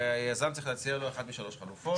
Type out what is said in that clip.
היזם צריך להציע לו אחת מתוך שלוש חלופות.